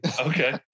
okay